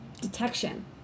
detection